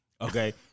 Okay